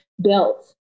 built